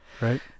Right